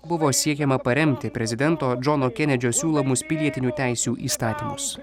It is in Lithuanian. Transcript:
buvo siekiama paremti prezidento džono kenedžio siūlomus pilietinių teisių įstatymus